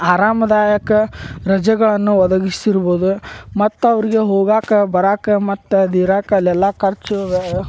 ಆರಾಮದಾಯಕ ರಜೆಗಳನ್ನು ಒದಗಿಸಿರ್ಬೋದ್ ಮತ್ತವ್ರಿಗೆ ಹೋಗಾಕ ಬರಾಕ ಮತ್ತು ಅದಿರಾಕ ಅಲ್ಲೆಲ್ಲಾ ಖರ್ಚು ವೇ